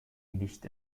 nicht